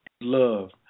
love